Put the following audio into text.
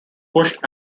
pushed